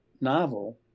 novel